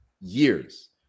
years